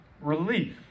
relief